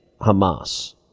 Hamas